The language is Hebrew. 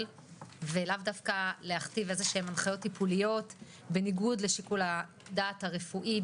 ולא להכתיב הנחיות טיפוליות בניגוד לשיקול הדעת הרפואי,